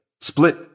Split